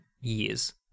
years